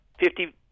Fifty